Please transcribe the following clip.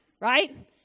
right